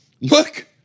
look